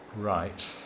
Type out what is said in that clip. right